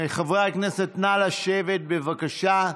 חברי הכנסת, נא לשבת, בבקשה.